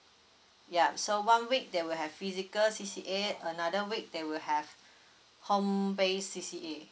yeah so one week there will have physical C_C_A another week there will have home base C_C_A